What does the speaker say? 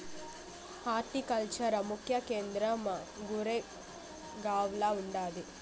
horticulture ముఖ్య కేంద్రం గురేగావ్ల ఉండాది